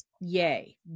yay